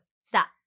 Stop